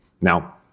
Now